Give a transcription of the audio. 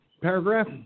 paragraph